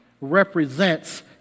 represents